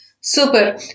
Super